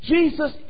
Jesus